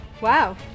Wow